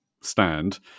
stand